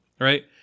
right